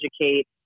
educate